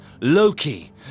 Loki